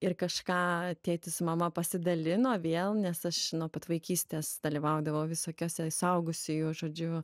ir kažką tėtis su mama pasidalino vėl nes aš nuo pat vaikystės dalyvaudavau visokiuose suaugusiųjų žodžiu